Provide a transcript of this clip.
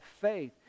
faith